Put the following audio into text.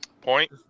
point